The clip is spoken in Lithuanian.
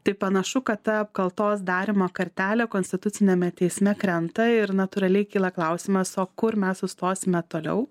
tai panašu kad ta apkaltos darymo kartelė konstituciniame teisme krenta ir natūraliai kyla klausimas o kur mes sustosime toliau